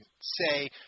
say